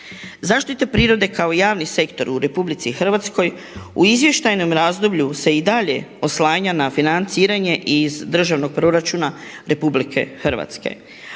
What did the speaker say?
Zaštita prirode kako javni sektor u RH u izvještajnom razdoblju se i dalje oslanja na financiranje iz državnog proračuna RH, a